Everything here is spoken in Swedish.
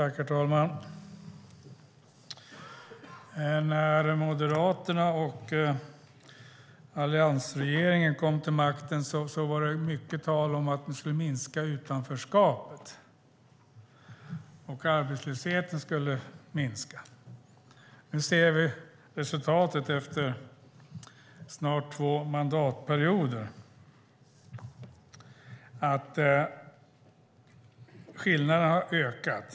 Herr talman! När Moderaterna och alliansregeringen kom till makten var det mycket tal om att de skulle minska utanförskapet och arbetslösheten. Nu ser vi resultatet efter snart två mandatperioder. Skillnaderna har ökat.